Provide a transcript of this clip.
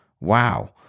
Wow